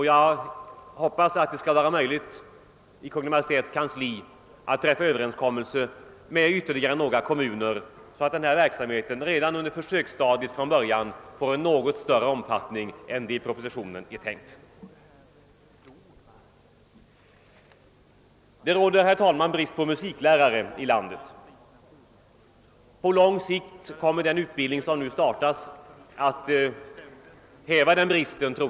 Jag hoppas att det i Kungl. Maj:ts kansli skall vara möjligt att träffa överenskommelse med ytterligare några kommuner, så att denna verksamhet redan under försöksstadiet får en något större omfattning än vad som är tänkt i propositionen. Det råder, herr talman, brist på musiklärare i landet. På lång sikt kommer den utbildning som nu startas att häva den bristen.